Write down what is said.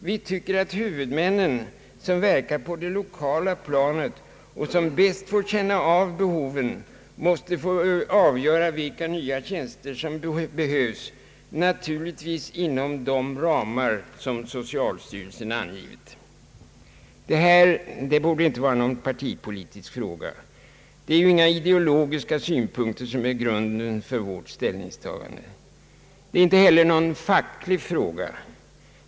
Vi tycker att huvudmännen som verkar på det lokala planet och mest får känna av behoven måste få avgöra vilka nya tjänster som erfordras, naturligtvis inom de ramar som socialstyrelsen angivit. Detta borde inte vara någon partipolitisk fråga. Det är inga ideologiska synpunkter som ligger till grund för vårt ställningstagande. Det är inte heller någon facklig fråga.